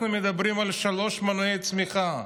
אנחנו מדברים על שלושה מנועי צמיחה: